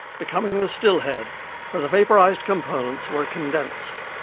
becoming the still head where the vaporised components were condensed.